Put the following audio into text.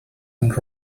and